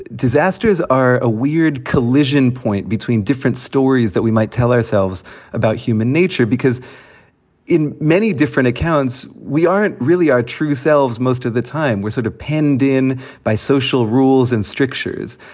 disasters are a weird collision point between different stories that we might tell ourselves about human nature, because in many different accounts we aren't really our true selves. most of the time we're sort of penned in by social rules and strictures.